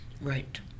right